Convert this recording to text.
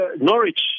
Norwich